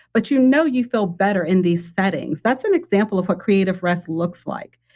but you know you feel better in these settings. that's an example of what creative rest looks like,